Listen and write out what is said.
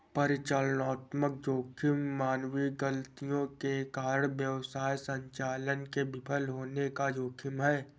परिचालनात्मक जोखिम मानवीय गलतियों के कारण व्यवसाय संचालन के विफल होने का जोखिम है